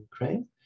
Ukraine